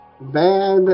Bad